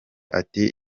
ati